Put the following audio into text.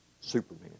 Superman